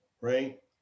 Right